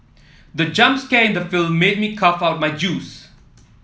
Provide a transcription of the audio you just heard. the jump scare in the film made me cough out my juice